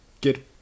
get